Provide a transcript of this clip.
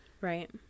Right